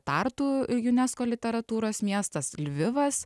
tartų ir junesko literatūros miestas lvivas